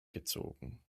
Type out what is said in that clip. gezogen